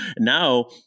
now